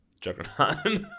juggernaut